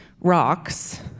rocks